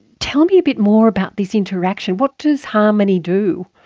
tell me a bit more about this interaction. what does harmony do?